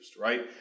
right